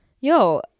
yo